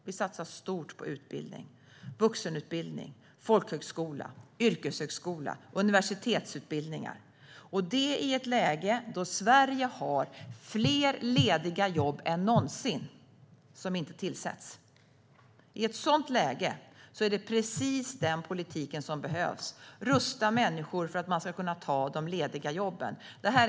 Vi satsar stort på vuxenutbildning och på utbildning på folkhögskola, yrkeshögskola och universitet, detta i ett läge där Sverige har fler lediga jobb än någonsin som inte tillsätts. I ett sådant läge är det precis den politiken som behövs. Vi måste rusta människor för att kunna ta de lediga jobben.